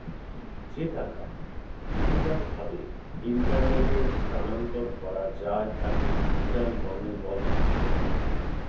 যে টাকা ডিজিটাল ভাবে ইন্টারনেটে স্থানান্তর করা যায় তাকে ডিজিটাল মানি বলে